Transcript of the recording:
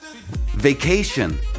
Vacation